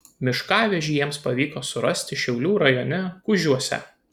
miškavežį jiems pavyko surasti šiaulių rajone kužiuose